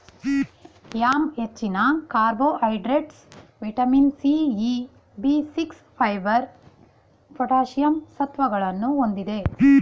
yam ಹೆಚ್ಚಿನ carbohydrates, vitamin C, E, B six, fibre, potassium ಸತ್ವಗಳನ್ನು ಹೊಂದಿದೆ